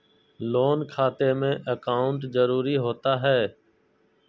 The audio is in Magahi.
लोन खाते में अकाउंट जरूरी होता है?